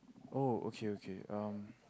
oh okay okay um